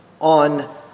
on